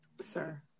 sir